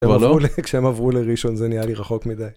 אבל לא, כשהם עברו לראשון זה נהיה לי רחוק מדי.